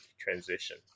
transition